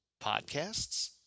Podcasts